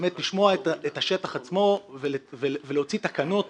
באמת לשמוע את השטח עצמו ולהוציא תקנות